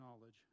knowledge